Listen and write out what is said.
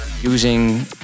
using